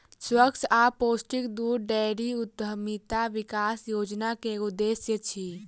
स्वच्छ आ पौष्टिक दूध डेयरी उद्यमिता विकास योजना के उद्देश्य अछि